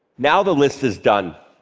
now the list is done